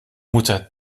mutter